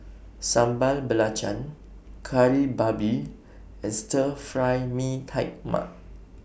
Sambal Belacan Kari Babi and Stir Fry Mee Tai Mak